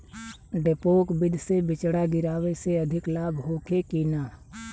डेपोक विधि से बिचड़ा गिरावे से अधिक लाभ होखे की न?